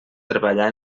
treballar